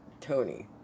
Tony